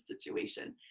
situation